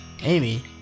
Amy